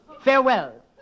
Farewell